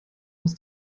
aus